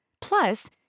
Plus